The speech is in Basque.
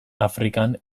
afrikan